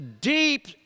deep